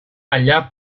allà